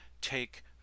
take